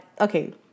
okay